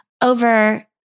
over